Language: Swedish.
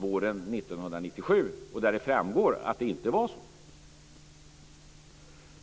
våren 1997 och där det framgår att det inte var på det sättet.